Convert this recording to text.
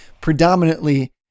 predominantly